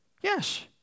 Yes